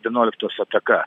vienuoliktos ataka